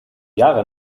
jahre